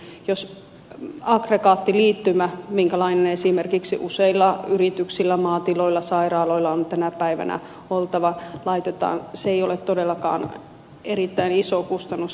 jos aggregaattiliittymä minkälainen esimerkiksi useilla yrityksillä maatiloilla sairaaloilla on tänä päivänä oltava laitetaan se ei ole todellakaan erittäin iso kustannus